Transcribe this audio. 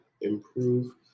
improve